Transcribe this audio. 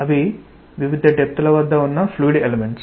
అవి వివిధ డెప్త్ ల వద్ద ఉన్న ఫ్లూయిడ్ ఎలెమెంట్స్